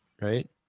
right